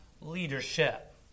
leadership